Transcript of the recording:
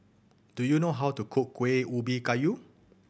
do you know how to cook Kuih Ubi Kayu